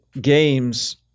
games